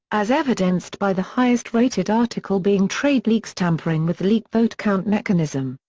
as evidenced by the highest rated article being tradeleaks tampering with leak vote count mechanism.